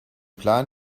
plan